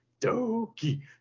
Doki